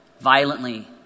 violently